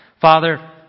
Father